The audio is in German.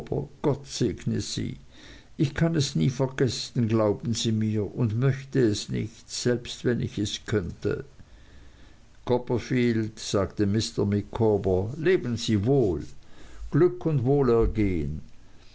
gott segne sie ich kann es nie vergessen glauben sie mir und möchte es nicht selbst wenn ich könnte copperfield sagte mr micawber leben sie wohl glück und wohlergehen